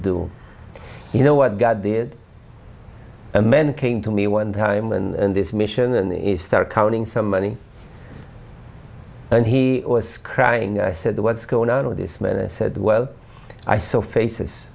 do you know what god did and men came to me one time and this mission and his start counting some money and he was crying i said what's going on with this man i said well i saw faces